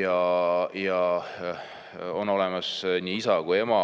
ja on olemas nii isa kui ema.